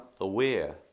aware